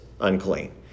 unclean